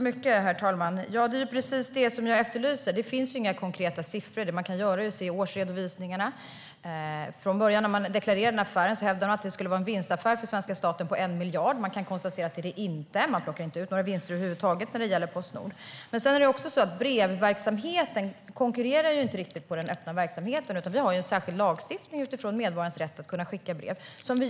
Herr talman! Det är precis det jag efterlyser. Det finns inga konkreta siffror. Det man kan göra är att titta på årsredovisningarna. Från början när man tillkännagav den här affären hävdade man att det skulle vara en vinstaffär på 1 miljard för svenska staten. Vi kan konstatera att det inte är det; man plockar inte ut några vinster över huvud taget från Postnord. Det är också så att brevverksamheten inte riktigt konkurrerar på den öppna marknaden, utan vi har en särskild lagstiftning som utgår från medborgarens rätt att skicka brev.